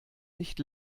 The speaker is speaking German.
nicht